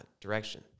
direction